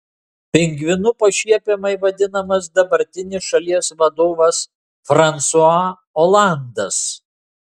pingvinu pašiepiamai vadinamas dabartinis šalies vadovas fransua olandas